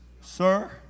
Sir